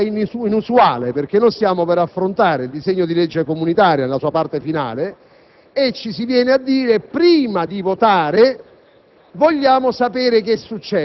rispetto ad una richiesta inusuale, perché stiamo per affrontare il disegno di legge comunitaria, nella sua parte finale, e ci si viene a dire che prima di votare